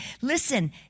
listen